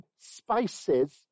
spices